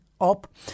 up